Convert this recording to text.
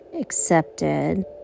accepted